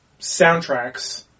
soundtracks